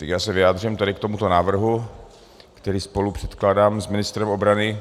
Já se vyjádřím k tomuto návrhu, který spolupředkládám s ministrem obrany.